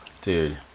Dude